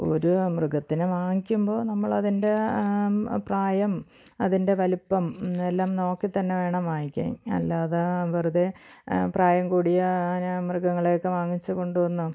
ഒരു മൃഗത്തിനെ വാങ്ങിക്കുമ്പോള് നമ്മളതിൻ്റെ പ്രായം അതിൻ്റെ വലുപ്പം എല്ലാം നോക്കി തന്നെ വേണം വാങ്ങിക്കാൻ അല്ലാതെ വെറുതെ പ്രായം കൂടിയ മൃഗങ്ങളെയൊക്കെ വാങ്ങിച്ച് കൊണ്ടുവന്നു